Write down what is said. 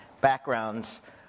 backgrounds